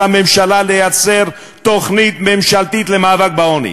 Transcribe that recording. הממשלה לייצר תוכנית ממשלתית למאבק בעוני,